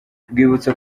rwibutso